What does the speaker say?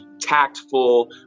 tactful